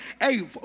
Hey